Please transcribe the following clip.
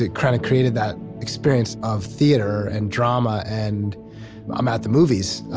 it kind of created that experience of theater, and drama, and i'm at the movies,